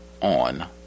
on